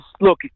Look